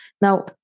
Now